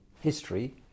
history